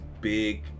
big